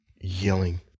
yelling